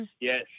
yes